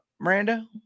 Miranda